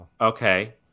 Okay